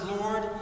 Lord